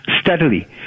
steadily